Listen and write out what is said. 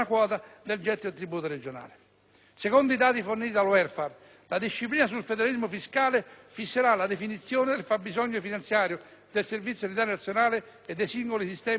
Secondo i dati forniti dal *Welfare*, la disciplina sul federalismo fiscale fisserà la definizione del fabbisogno finanziario del Servizio sanitario nazionale e dei singoli sistemi sanitari regionali ai costi standard.